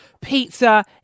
pizza